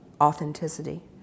authenticity